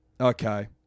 Okay